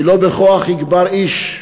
כי לא בכוח יגבר איש.